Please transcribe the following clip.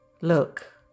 Look